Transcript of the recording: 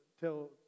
tell